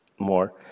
More